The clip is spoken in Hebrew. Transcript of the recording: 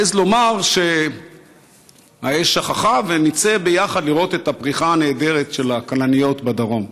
העז לומר שהאש שככה ונצא ביחד לראות את הפריחה הנהדרת של הכלניות בדרום.